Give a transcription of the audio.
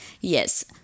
Yes